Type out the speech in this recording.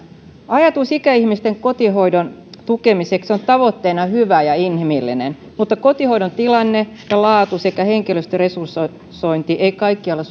ajatus ikäihmisten kotihoidon tukemisesta on tavoitteena hyvä ja inhimillinen mutta kotihoidon tilanne ja laatu sekä henkilöstöresursointi eivät kaikkialla